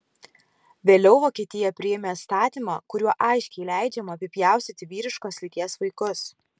vėliau vokietija priėmė įstatymą kuriuo aiškiai leidžiama apipjaustyti vyriškos lyties vaikus